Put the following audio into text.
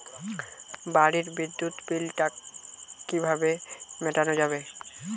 বাড়ির বিদ্যুৎ বিল টা কিভাবে মেটানো যাবে?